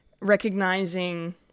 recognizing